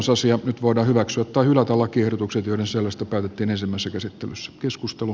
nyt voidaan hyväksyä tai hylätä lakiehdotukset joiden sisällöstä päätettiinisemmässä käsittelyssä keskustelu